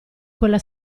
quella